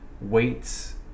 weights